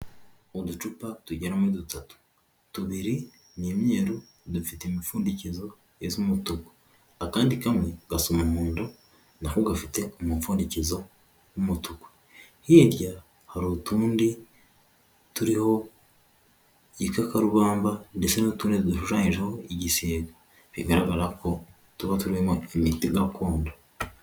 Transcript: Uducupa tugera muri dutatu tubiri ni imyeru dufite imipfundikizo iz'umutuku akandi kamwe gasa umuhondo nako gafite umupfundikezo w'umutuku hirya hari utundi turiho igakakarubamba ndetse n'utundi dushushanyijeho igisiga bigaragara ko tuba turimo imiti gakondo.